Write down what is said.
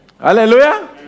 Hallelujah